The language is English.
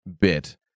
bit